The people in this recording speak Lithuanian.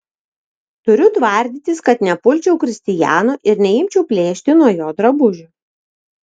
turiu tvardytis kad nepulčiau kristiano ir neimčiau plėšti nuo jo drabužių